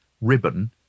ribbon